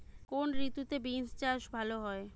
কোন ঋতুতে বিন্স চাষ ভালো হয়?